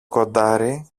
κοντάρι